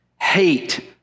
Hate